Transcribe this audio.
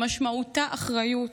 שמשמעותה אחריות.